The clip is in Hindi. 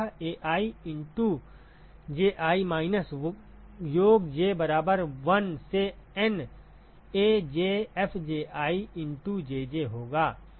तो वह Ai into ji माइनस योग J बराबर 1 से N AjFJi into Jj होगा